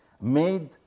made